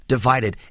Divided